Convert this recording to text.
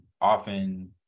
often